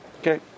Okay